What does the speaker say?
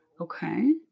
Okay